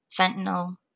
fentanyl